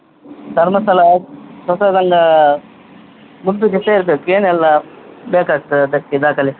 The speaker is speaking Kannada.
ಧರ್ಮಸ್ಥಳ ಸ್ವಸಹಾಯ ಸಂಘ ಗುಂಪಿಗೆ ಸೇರ್ಬೇಕು ಏನೆಲ್ಲ ಬೇಕಾಗ್ತದೆ ಅದಕ್ಕೆ ದಾಖಲೆ